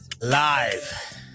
Live